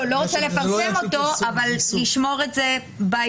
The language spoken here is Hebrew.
הוא לא רוצה לפרסם אותו, אבל לשמור את זה בארגון.